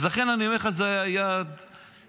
אז לכן אני אומר לך שזה היה היעד השני.